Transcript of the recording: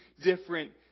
different